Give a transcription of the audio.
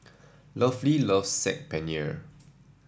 Lovey loves Saag Paneer